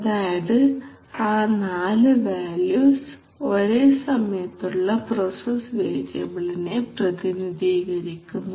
അതായത് ആ 4 വാല്യൂസ് ഒരേ സമയത്തുള്ള പ്രൊസസ്സ് വേരിയബിളിനെ പ്രതിനിധീകരിക്കുന്നു